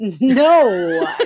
No